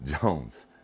Jones